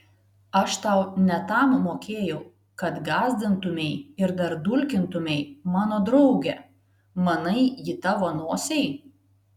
aš tau ne tam mokėjau kad gąsdintumei ir dar dulkintumei mano draugę manai ji tavo nosiai